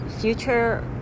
future